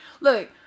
look